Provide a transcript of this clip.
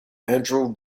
andrew